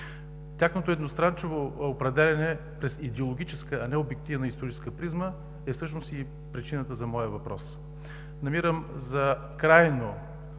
Тяхното едностранчиво определяне през идеологическа, а не обективна историческа призма е всъщност и причината за моя въпрос. Намирам за крайно